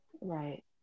Right